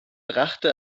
brachte